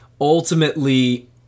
ultimately